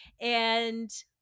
And-